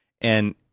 And-